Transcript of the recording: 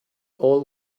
all